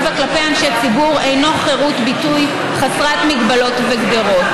וכלפי אנשי ציבור אינו חירות ביטוי חסרת מגבלות וגדרות,